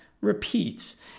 repeats